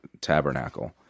tabernacle